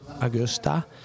Augusta